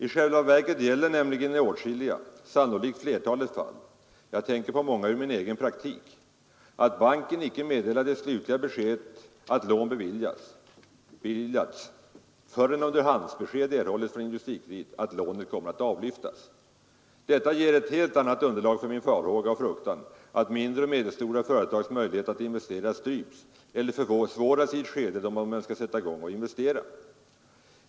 I själva verket gäller nämligen i åtskilliga, sannolikt flertalet fall — jag tänker på många ur min egen praktik — att banken icke meddelar det slutliga beslutet att lån beviljats, förrän underhandsbesked erhållits från Industrikredit att lånet kommer att avlyftas. Detta ger ett helt annat underlag för min farhåga och fruktan att mindre och medelstora företags möjligheter att investera stryps eller försvåras i ett skede då de önskar sätta i gång och investera.